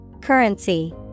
Currency